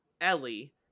Ellie